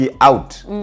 Out